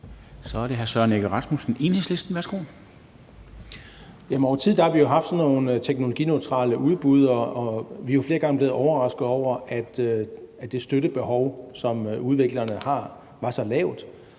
Kl. 14:23 Søren Egge Rasmussen (EL): Over tid har vi jo haft sådan nogle teknologineutrale udbud, og vi er jo flere gange blevet overrasket over, at det støttebehov, som udviklerne har, var så lavt,